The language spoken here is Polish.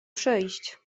przyjść